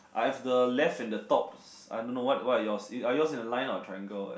I have the left and the tops I don't know what what are yours are yours in the line or triangle